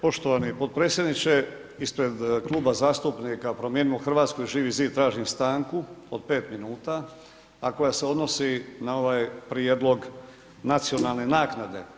Poštovani potpredsjedniče, ispred Kluba zastupnika Promijenimo Hrvatsku i Živi zid tražim stanku od 5 minuta, a koja se odnosi na ovaj prijedlog nacionalne naknade.